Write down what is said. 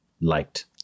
Liked